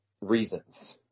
reasons